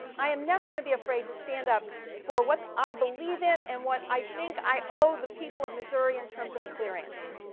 i am never going to be afraid to stand up for what i believe in and what i think i owe the people of missouri in terms of a clear answer.